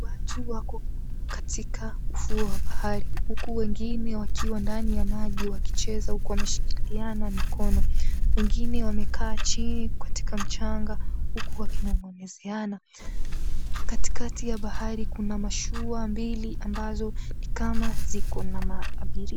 Watu wako katika ufuo wa bahari. Huku wengine wakiwa ndani ya maji wakicheza, huko wameshilikiana mikono. Wengine wamekaa chini katika mchanga, huku wakinongonezeana. Katikati ya bahari kuna mashua mbili ambazo ni kama ziko na aabiria.